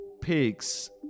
pigs